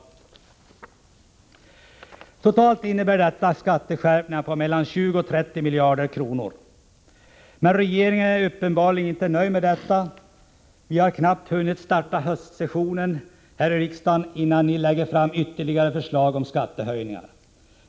Totalt innebär detta skatteskärpningar på mellan 20 och 30 miljarder kronor. Men regeringen är uppenbarligen inte nöjd med detta. Vi har knappt hunnit starta höstsessionen förrän ni lägger fram ytterligare förslag om skattehöjningar.